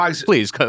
Please